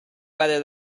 whether